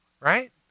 Right